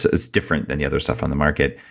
it's different than the other stuff on the market,